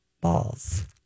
balls